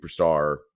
superstar